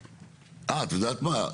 את יודעת מה?